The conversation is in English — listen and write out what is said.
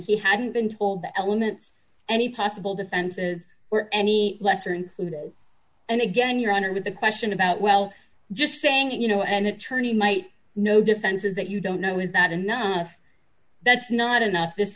he hadn't been told the elements any possible defenses or any lesser included and again your honor the question about well just saying you know an attorney might know defense is that you don't know is that enough that's not enough this